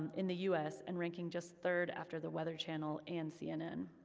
in the u s, and ranking just third after the weather channel and cnn.